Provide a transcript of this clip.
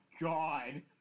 God